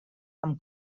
amb